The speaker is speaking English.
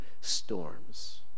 storms